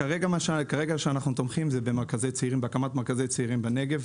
כרגע מה שאנחנו תומכים זה בהקמת מרכזי צעירים בנגב,